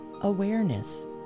awareness